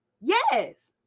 yes